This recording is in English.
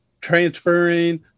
transferring